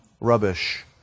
rubbish